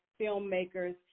filmmakers